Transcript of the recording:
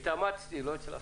התאמצתי, לא הצלחתי.